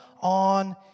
on